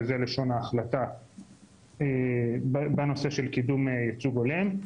וזו לשון ההחלטה בנושא של קידום ייצוג הולם.